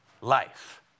life